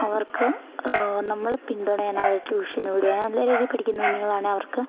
അവർക്ക് നമ്മൾ പിന്തുണ എന്നാൽ അവരെ ട്യൂഷന് വിടുക നല്ല രീതിയിൽ പഠിക്കുന്ന കുഞ്ഞുങ്ങളാണേൽ അവർക്ക്